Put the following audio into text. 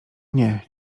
nie